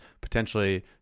potentially